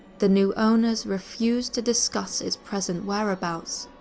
the new owners refuse to discuss its present whereabouts,